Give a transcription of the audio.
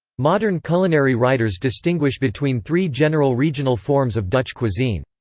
modern culinary writers distinguish between three general regional forms of dutch cuisine.